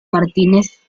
martínez